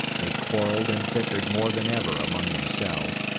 they quarrelled and bickered more than ever among themselves,